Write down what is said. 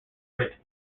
writ